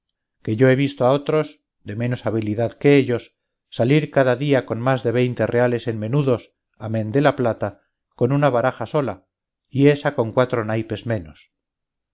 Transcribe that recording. que yo he visto a otros de menos habilidad que ellos salir cada día con más de veinte reales en menudos amén de la plata con una baraja sola y ésa con cuatro naipes menos